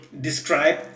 describe